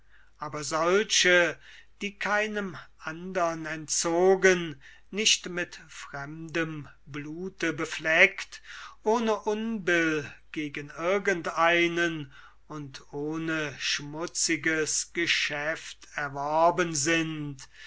aber solche die keinem entzogen nicht mit fremdem blute befleckt ohne unbill gegen irgend einen und ohne schmutziges geschäft erworben sind